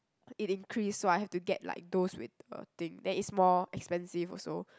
it increase so I have to get like those with the thing that is more expensive also